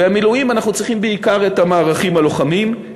ובמילואים אנחנו צריכים בעיקר את המערכים הלוחמים.